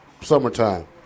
summertime